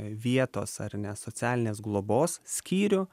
vietos ar ne socialinės globos skyrių